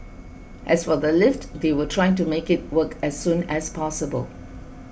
as for the lift they will try to make it work as soon as possible